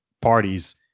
parties